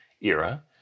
era